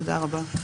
תודה רבה.